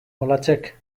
olatzek